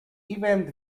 event